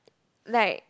like